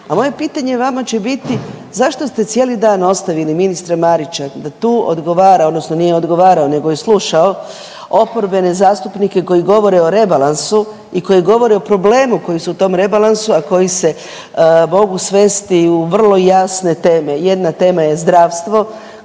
moje pitanje vama će biti, zašto ste cijeli dan ostavili ministra Marića da tu odgovara odnosno nije odgovarao nego je slušao oporbene zastupnike koji govore o rebalansu i koji govore o problemu koji su u tom rebalansu, a koji se mogu svesti u vrlo jasne teme. Jedna tema je zdravstvo